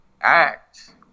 act